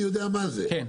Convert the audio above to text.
אני יודע מה זה,